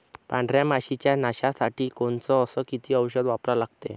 पांढऱ्या माशी च्या नाशा साठी कोनचं अस किती औषध वापरा लागते?